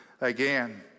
again